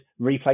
replay